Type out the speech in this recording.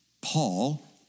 Paul